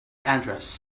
address